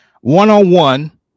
one-on-one